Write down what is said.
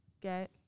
get